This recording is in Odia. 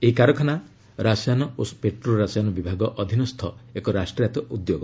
ଏହି କାରଖାନା ରସାୟନ ଓ ପେଟ୍ରୋ ରସାୟନ ବିଭାଗ ଅଧୀନସ୍ଥ ଏକ ରାଷ୍ଟ୍ରାୟତ ଉଦ୍ୟୋଗ